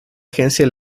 agencia